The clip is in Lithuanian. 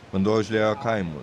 vanduo užliejo kaimus